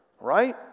Right